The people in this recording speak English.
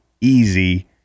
easy